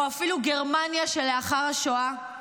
או אפילו גרמניה שלאחר השואה?